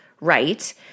right